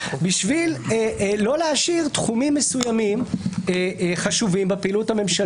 בשביל לא להשאיר תחומים מסוימים חשובים בפעילות הממשלתית.